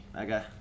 Okay